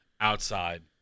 outside